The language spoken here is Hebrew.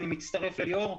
אני מצטרף לדבריה של ליאור.